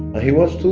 ah he was, too,